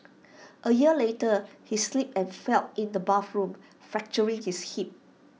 A year later he slipped and fell in the bathroom fracturing his hip